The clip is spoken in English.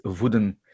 wooden